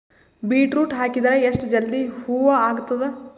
Beetroot ಹಾಕಿದರ ಎಷ್ಟ ಜಲ್ದಿ ಹೂವ ಆಗತದ?